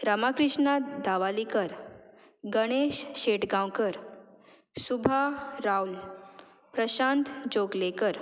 Ramakrishna Dhavalikar Ganesh Shetgaonkar Shubha Rawal Prashant Chogalekar